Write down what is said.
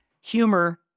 Humor